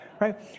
right